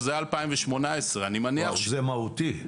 זה 2018. זה מהותי.